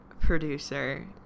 producer